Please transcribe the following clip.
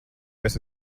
esi